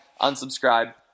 unsubscribe